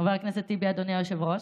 חבר הכנסת טיבי, אדוני היושב-ראש.